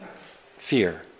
Fear